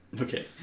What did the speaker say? Okay